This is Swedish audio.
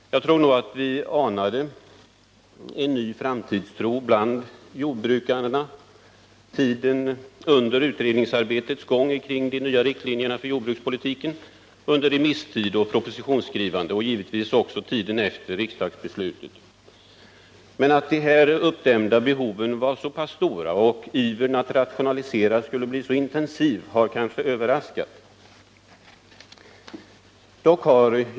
Jag tror att vi bland jordbrukarna anade en ny framtidstro under utredningsarbetets gång, under remisstiden och propositionsskrivandet och givetvis under tiden efter regeringsbeslutet. Att de uppdämda behoven var så pass stora och ivern att rationalisera skulle bli så intensiv har kanske överraskat.